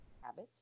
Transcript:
habit